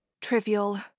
Trivial